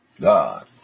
God